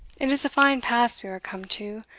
it is a fine pass we are come to,